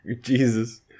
Jesus